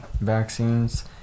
vaccines